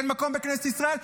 אין מקום בכנסת ישראל,